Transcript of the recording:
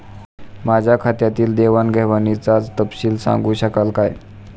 माझ्या खात्यातील देवाणघेवाणीचा तपशील सांगू शकाल काय?